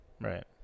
Right